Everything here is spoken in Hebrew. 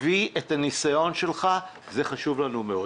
תביא את הניסיון שלך, זה חשוב לנו מאוד.